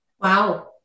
wow